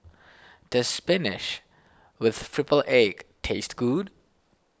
does Spinach with Triple Egg taste good